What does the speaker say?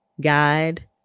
guide